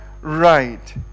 right